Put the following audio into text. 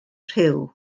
rhyw